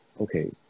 okay